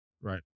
Right